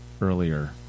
earlier